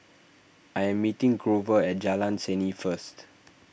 I am meeting Grover at Jalan Seni first